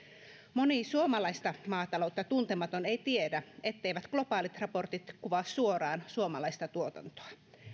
moni suomalaista maataloutta tuntematon ei tiedä etteivät globaalit raportit kuvaa suoraan suomalaista tuotantoa